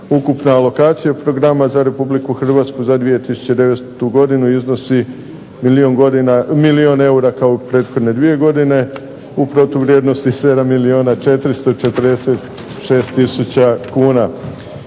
Ukupna alokacija programa za Republiku Hrvatsku za 2009. godinu iznosi milijun eura kao prethodne dvije godine u protuvrijednosti 7 milijuna 446 tisuća kuna.